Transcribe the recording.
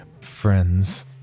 friends